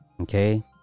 Okay